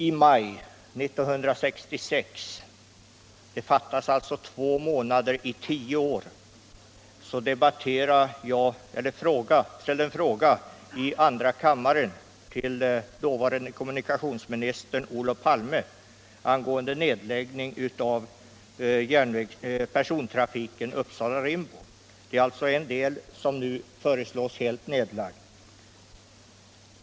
I maj 1966 — det fattas alltså två månader för att det skulle vara 10 år sedan -— ställde jag en fråga i andra kammaren till dåvarande kommunikationsministern Olof Palme angående nedläggning av persontrafiken på linjen Uppsala-Rimbo. Det är alltså en bandel som nu föreslås helt nedlagd.